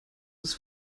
his